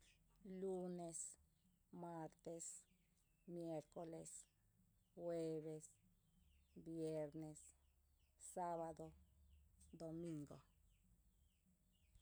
luunes, maartes, mieercoles, jueeves, vieernes, saabado, domiingo.